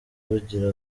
bagira